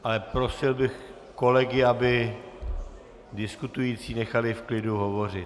Ale prosil bych kolegy, aby diskutující nechali v klidu hovořit.